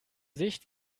sicht